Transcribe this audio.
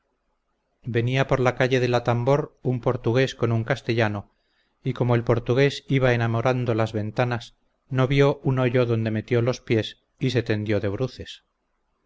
venía por la calle del atambor un portugués con un castellano y como el portugués iba enamorando las ventanas no vió un hoyo donde metió los pies y se tendió de bruces